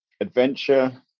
adventure